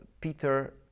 Peter